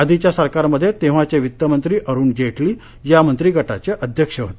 आधीच्या सरकारमध्ये तेव्हाचे वित्तमंत्री अरूण जेटली या मंत्रीगटाचे अध्यक्ष होते